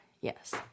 Yes